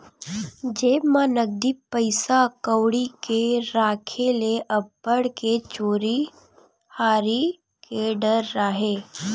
जेब म नकदी पइसा कउड़ी के राखे ले अब्बड़ के चोरी हारी के डर राहय